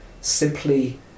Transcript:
simply